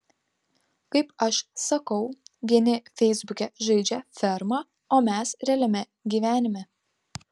kaip aš sakau vieni feisbuke žaidžia fermą o mes realiame gyvenime